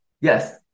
yes